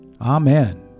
Amen